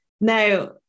Now